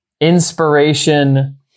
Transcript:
inspiration